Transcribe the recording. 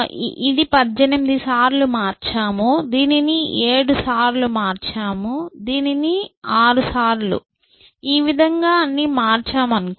ఇది 18 సార్లు మార్చాము దీనిని 7 సార్లు మార్చాము దీనిని 6 సార్లు ఈ విధంగా అన్ని మార్చాము అనుకుందాం